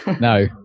No